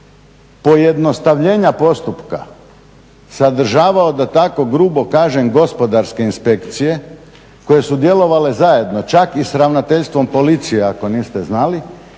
pojednostavljenja postupka sadržavao da tako grubo kažem gospodarske inspekcije koje su djelovale zajedno čak i sa ravnateljstvom policije ako niste znali